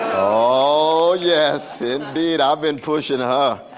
oh yes, indeed. i've been pushing her.